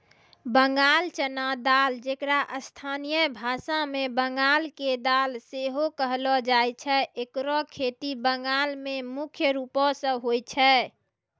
बंगाल चना दाल जेकरा स्थानीय भाषा मे बंगाल के दाल सेहो कहलो जाय छै एकरो खेती बंगाल मे मुख्य रूपो से होय छै